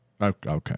Okay